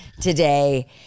today